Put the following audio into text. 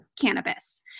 cannabis